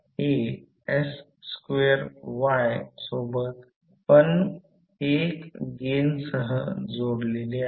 तर हा एक अतिशय मनोरंजक प्रॉब्लेम आहे आणि अगदी सोप्पा प्रॉब्लेम आहे